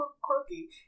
quirky